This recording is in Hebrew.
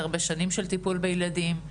הרבה שנים של טיפול בילדים,